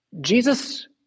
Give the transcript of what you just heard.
Jesus